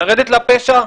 לרדת לפשע?